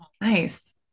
Nice